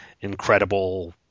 incredible